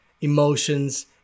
emotions